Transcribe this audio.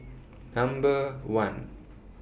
Number one